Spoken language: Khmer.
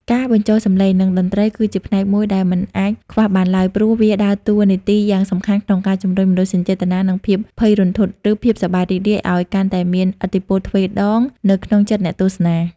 ការបញ្ចូលសំឡេង និងតន្ត្រីគឺជាផ្នែកមួយដែលមិនអាចខ្វះបានឡើយ ព្រោះវាដើរតួនាទីយ៉ាងសំខាន់ក្នុងការជម្រុញមនោសញ្ចេតនា និងភាពភ័យរន្ធត់ ឬភាពសប្បាយរីករាយឱ្យកាន់តែមានឥទ្ធិពលទ្វេដងនៅក្នុងចិត្តអ្នកទស្សនា។